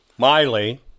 Miley